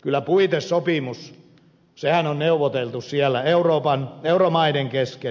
kyllä puitesopimus on neuvoteltu siellä euromaiden kesken